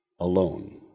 alone